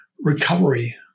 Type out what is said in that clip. recovery